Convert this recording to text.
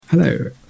Hello